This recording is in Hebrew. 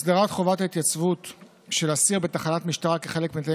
הסדרת חובת ההתייצבות של אסיר בתחנת משטרה כחלק מתנאי